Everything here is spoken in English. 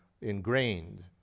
ingrained